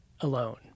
alone